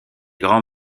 grand